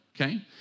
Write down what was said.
Okay